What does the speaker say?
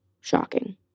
shocking